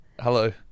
Hello